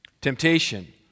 Temptation